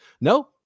No